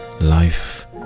life